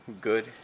good